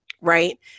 right